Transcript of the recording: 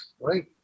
right